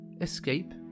escape